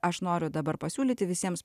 aš noriu dabar pasiūlyti visiems